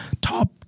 top